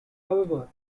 however